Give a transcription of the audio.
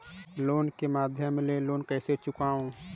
Cheque के माध्यम ले लोन कइसे चुकांव?